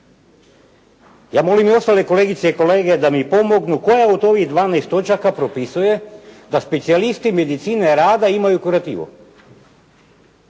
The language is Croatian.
Ja molim i ostale kolegice i kolege da mi pomognu koja od ovih 12 točaka propisuje da specijalisti medicine rada imaju kurativu?